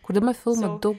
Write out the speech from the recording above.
kurdama filmą daug